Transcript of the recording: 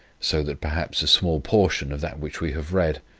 so that perhaps a small portion of that which we have read,